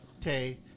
Tay